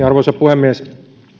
arvoisa puhemies